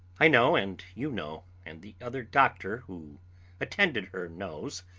i know, and you know, and the other doctor who attended her knows,